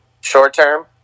Short-term